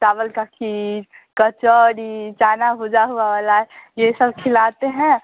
चावल का खीर कचौड़ी चना भुजा हुआ वाला ये सब खिलाते हैं